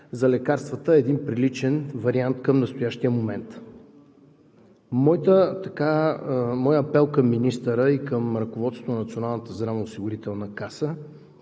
за лекарствата е един приличен вариант към настоящия момент. Моят апел към министъра и към ръководството на Националната здравноосигурителна каса